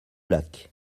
lac